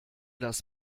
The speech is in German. das